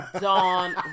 Dawn